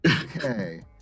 okay